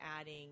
adding